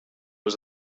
was